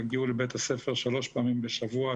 יגיעו לבית הספר שלוש פעמים בשבוע,